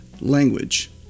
language